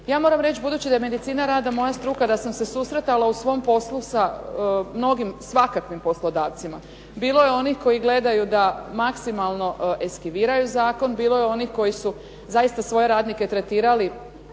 Ja moram reći, budući da je medicina rada moja struka, da sam se susretala u svom poslu sa mnogim svakakvim poslodavcima. Bilo je onih koji gledaju da maksimalno eskiviraju zakon, bilo je onih koji su zaista svoje radnike tretirali